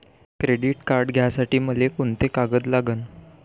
Credit card घ्यासाठी मले कोंते कागद लागन?